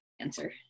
answer